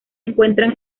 encuentran